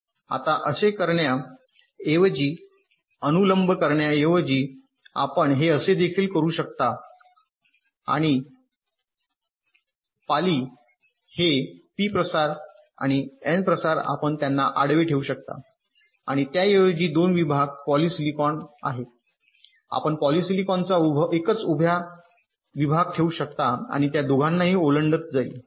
आता असे करण्याऐवजी अनुलंब करण्याऐवजी आपण हे असे देखील करू शकता प्रसार आणि पाली हे हे पी प्रसार आणि एन प्रसार आपण त्यांना आडवे ठेवू शकता आणि त्याऐवजी 2 विभाग पॉलीसिलिकॉन आहेत आपण पॉलिसिलिकॉनचा एकच उभ्या विभाग ठेवू शकता त्या दोघांनाही ओलांडत जाईल